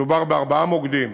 מדובר בארבעה מוקדים